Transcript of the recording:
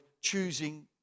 choosing